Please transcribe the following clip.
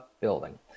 building